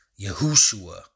Yahushua